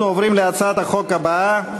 אנחנו עוברים להצעת החוק הבאה: